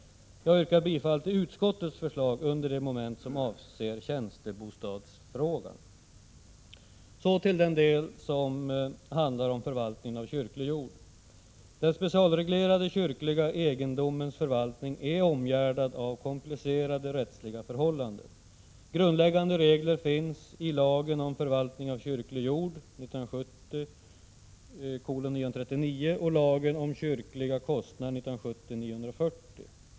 Jag yrkar bifall till utskottets förslag under de moment som avser tjänstebostadsfrågan. Så till den del som handlar om förvaltning av kyrklig jord. Den specialreglerade kyrkliga egendomens förvaltning är omgärdad av komplicerade rättsliga förhållanden. Grundläggande regler finns i lagen om förvaltning av kyrklig jord och lagen om kyrkliga kostnader .